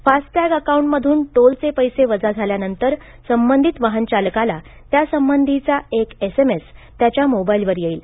FASTag अकाउंटमधून टोलचे पैसे वजा झाल्यानंतर संबंधित वाहन चालकाला त्या संबंधीचा एक एसएमएस त्यांच्या मोबाईलवर येईल